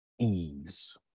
ease